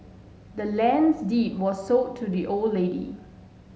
the land's deed was sold to the old lady